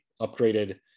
upgraded